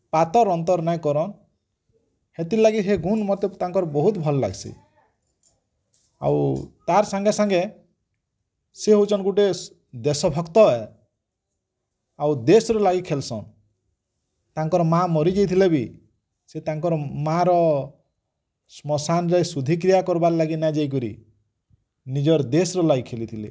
ପାତର୍ ଅନ୍ତର୍ ନେଇକର୍ ସେଥିଲାଗି ହେ ଗୁନ୍ ମତେ ତାଙ୍କର୍ ବହୁତ୍ ଭଲ ଲାଗସି ଆଉ ତାର ସାଙ୍ଗେ ସାଙ୍ଗେ ସିଏ ହୋଉଛନ୍ ଗୋଟେ ଦେଶ ଭକ୍ତ ଆଉ ଦେଶର୍ ଲାଗି ଖେଳୁସନ୍ ତାଙ୍କର୍ ମା ମରିଯାଇଥିଲେବି ସେ ତାଙ୍କର୍ ମାର ଶ୍ମାଶନ୍ ଯାଇ ସୁଧୀ କ୍ରିୟା କାରବାର୍ ଲାଗି ନାଇଯାଇପାରି ନିଜର ଦେଶ୍ ଲାଗି ଖେଳିଥିଲେ